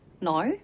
no